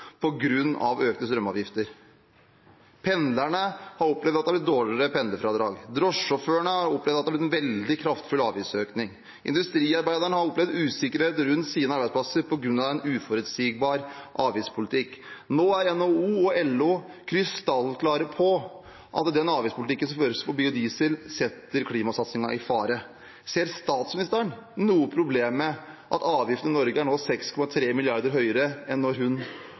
økte strømavgifter. Pendlerne har opplevd at det er blitt dårligere pendlerfradrag. Drosjesjåførene har opplevd at det er blitt en veldig kraftfull avgiftsøkning. Industriarbeiderne har opplevd usikkerhet rundt sine arbeidsplasser på grunn av en uforutsigbar avgiftspolitikk. Nå er NHO og LO krystallklare på at den avgiftspolitikken som føres for biodiesel, setter klimasatsingen i fare. Ser statsministeren noe problem med at avgiftene i Norge nå er 6,3 mrd. kr høyere enn da hun overtok? Og ser hun